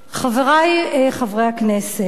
חברי חברי הכנסת,